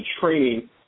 training